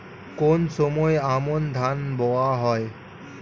কোন সময় আমন ধান রোয়া হয়?